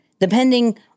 depending